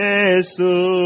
Jesus